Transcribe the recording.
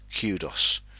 kudos